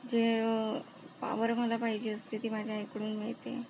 जे पावर मला पाहिजे असते ती माझ्या आईकडून मिळते